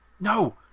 No